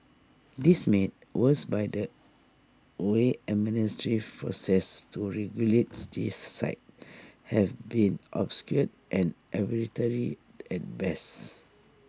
this made worse by the way administrative processes to regulates these sites have been obscure and arbitrary at best